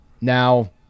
Now